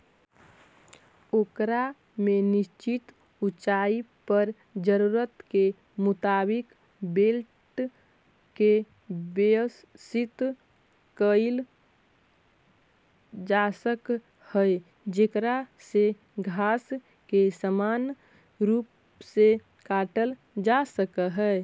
ओकर में निश्चित ऊँचाई पर जरूरत के मुताबिक ब्लेड के व्यवस्थित कईल जासक हई जेकरा से घास के समान रूप से काटल जा सक हई